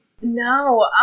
No